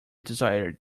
desired